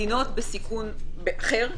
מדינות בסיכון אחר,